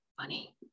funny